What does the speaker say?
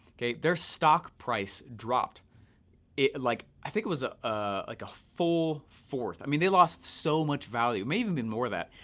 kay? their stock price dropped, it like, i think it was ah, ah like a full fourth. i mean they lost so much value, it may even been more that.